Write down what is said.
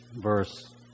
verse